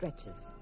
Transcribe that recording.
stretches